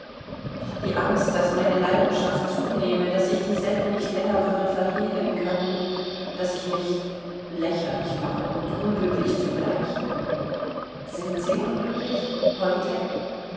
die angst daß meine leidenschaft zunehme daß ich dieselbe nicht länger würde verhehlen können daß ich mich lächerlich mache und unglücklich zugleich sind sie unglücklich heute